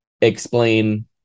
explain